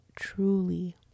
truly